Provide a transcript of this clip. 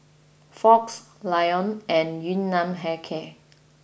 Fox Lion and Yun Nam Hair Care